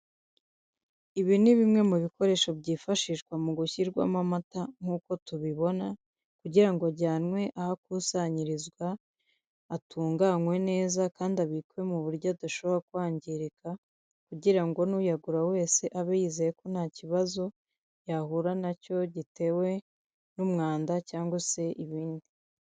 Ibi ni bimwe mu bikoresho byifashishwa mu gushyirwamo amata nk'uko tubibona, kugira ngo ajyanwe aho akusanyirizwa, atunganywe neza kandi abikwe mu buryo adashobora kwangirika, kugira ngo n'uyagura wese abe yizeye ko nta kibazo yahura na cyo, gitewe n'umwanda cyangwa se ibindi.